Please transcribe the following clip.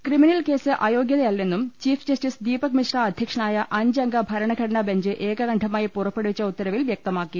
criminal case അയോഗൃത യല്ലെന്നും chief justice Dipak Misra അധ്യക്ഷനായ അഞ്ചംഗ ഭരണഘടനാ ബെഞ്ച് ഏകകണ്ഠമായി പുറപ്പെടുവിച്ച ഉത്തരവിൽ വൃക്ത്മാക്കി